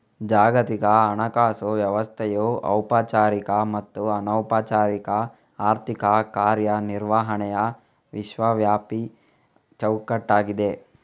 ಜಾಗತಿಕ ಹಣಕಾಸು ವ್ಯವಸ್ಥೆಯು ಔಪಚಾರಿಕ ಮತ್ತು ಅನೌಪಚಾರಿಕ ಆರ್ಥಿಕ ಕಾರ್ಯ ನಿರ್ವಹಣೆಯ ವಿಶ್ವವ್ಯಾಪಿ ಚೌಕಟ್ಟಾಗಿದೆ